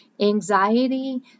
anxiety